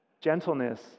gentleness